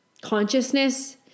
consciousness